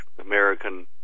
American